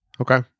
Okay